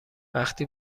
وقتی